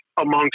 amongst